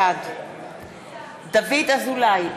בעד דוד אזולאי,